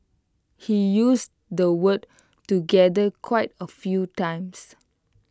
he used the word together quite A few times